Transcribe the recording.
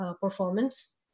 performance